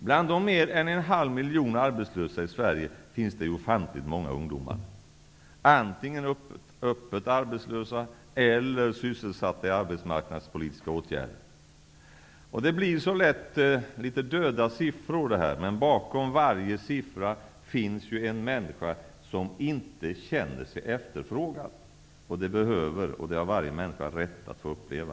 Bland de mer än en halv miljon arbetslösa i Sverige finns ofantligt många ungdomar -- antingen öppet arbetslösa eller sysselsatta i arbetsmarknadspolitiska åtgärder. Bakom varje siffra finns en människa som inte känner sig efterfrågad, något som varje människa behöver och har rätt att få uppleva.